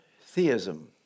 theism